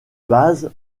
base